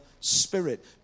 Spirit